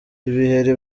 ibiheri